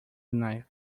knife